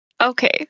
Okay